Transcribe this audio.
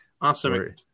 awesome